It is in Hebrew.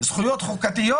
זכויות חוקתיות